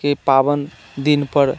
के पावन दिनपर